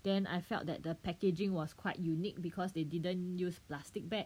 then I felt that the packaging was quite unique because they didn't use plastic bag